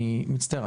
אני מצטער,